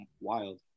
wild